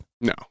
No